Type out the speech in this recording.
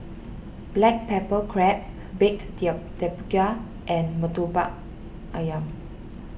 Black Pepper Crab Baked Tapioca and Murtabak Ayam